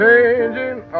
Changing